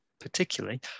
particularly